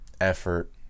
effort